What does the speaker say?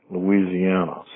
Louisiana